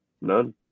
None